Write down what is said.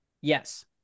Yes